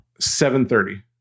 730